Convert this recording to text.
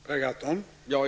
Herr talman!